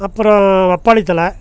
அப்புறம் பப்பாளி தழை